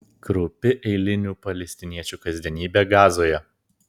kraupi eilinių palestiniečių kasdienybė gazoje